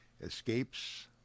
escapes